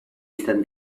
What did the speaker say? izan